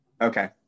Okay